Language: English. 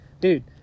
dude